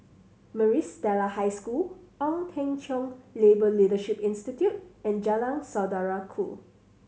Maris Stella High School Ong Teng Cheong Labour Leadership Institute and Jalan Saudara Ku